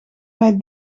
mij